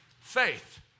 faith